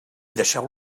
deixeu